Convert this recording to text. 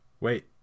wait